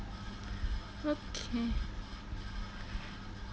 okay